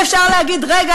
ואפשר להגיד: רגע,